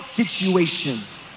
situation